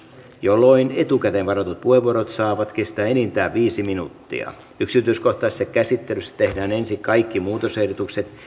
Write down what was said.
jolloin etukäteen varatut puheenvuorot saavat kestää enintään viisi minuuttia yksityiskohtaisessa käsittelyssä tehdään ensin kaikki muutosehdotukset